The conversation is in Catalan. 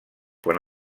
quan